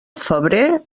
febrer